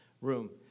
room